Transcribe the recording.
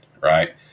right